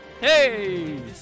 Hey